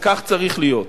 וכך צריך להיות.